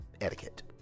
etiquette